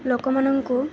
ଲୋକମାନଙ୍କୁ